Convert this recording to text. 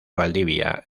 valdivia